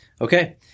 Okay